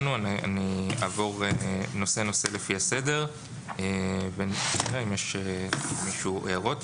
אני אעבור נושא-נושא לפי הסדר ונראה אם יש למישהו הערות.